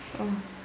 oh